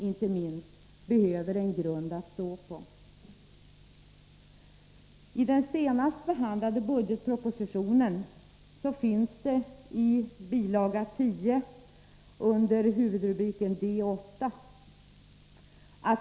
Inte minst behöver fredsfostran en grund att stå på.